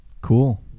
Cool